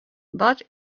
but